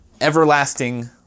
everlasting